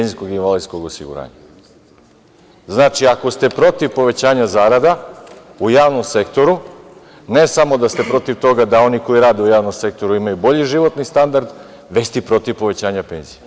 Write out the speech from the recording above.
Znači, ako ste protiv povećanja zarada u javnom sektoru, ne samo da ste protiv toga da oni koji rade u javnom sektoru imaju bolji životni standard, već ste i protiv povećanja penzija.